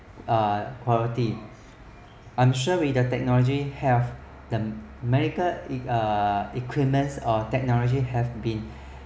uh quality I'm sure with the technology help the medical uh equipment uh technology have been